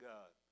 God